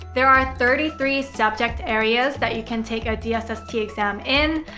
there are thirty three subject areas that you can take a dsst exam in.